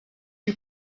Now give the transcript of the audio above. you